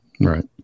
right